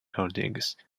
holdings